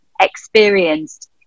experienced